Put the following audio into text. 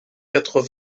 quatre